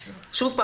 שוב,